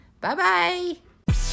Bye-bye